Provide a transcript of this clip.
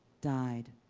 dyed,